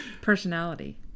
personality